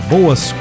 Boas